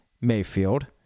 Mayfield